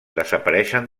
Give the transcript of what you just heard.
desapareixen